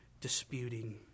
disputing